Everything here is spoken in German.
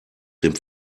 dem